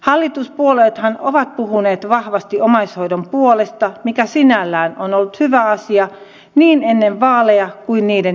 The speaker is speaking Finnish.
hallituspuolueethan ovat puhuneet vahvasti omaishoidon puolesta mikä sinällään on ollut hyvä asia niin ennen vaaleja kuin niiden jälkeenkin